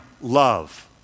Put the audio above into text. love